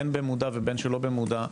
בין במודע ובין שלא במודע,